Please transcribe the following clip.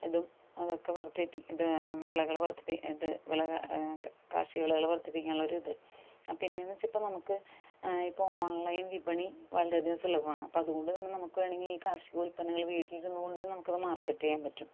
ഇതും അതൊക്കെ വർധിപ്പി ഇത് വിളകള് വർധിപ്പി ഇത് വിള കാർഷികവിളകള് വർധിപ്പിക്കാനുള്ള ഒരിത് പിന്നെ എന്ന് വെച്ചാൽ ഇപ്പം നമുക്ക് ഇപ്പം ഓൺലൈൻ വിപണി വളരെധികം സുലഭമാണ് അപ്പം അതുകൊണ്ടുതന്നെ നമുക്ക് വേണമെങ്കിൽ ഈ കാർഷികോല്പന്നങ്ങൾ വീട്ടിലിരുന്നുകൊണ്ട് തന്നെ നമുക്കത് മാർക്കറ്റ് ചെയ്യാൻ പറ്റും